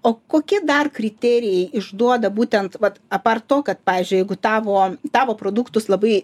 o kokie dar kriterijai išduoda būtent vat apart to kad pavyzdžiui jeigu tavo tavo produktus labai